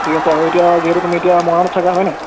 ঠিক আছে আৰু এতিয়া যিহেতু তুমি এতিয়া মৰাণত থাকা হয় নাই